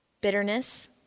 bitterness